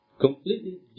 completely